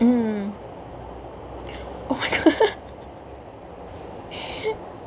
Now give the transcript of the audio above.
mm oh my god